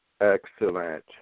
Excellent